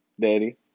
Daddy